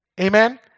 Amen